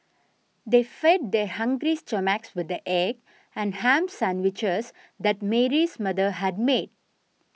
they fed their hungry stomachs with the egg and ham sandwiches that Mary's mother had made